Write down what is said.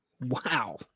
Wow